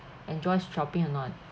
enjoy shopping or not